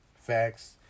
Facts